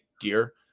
gear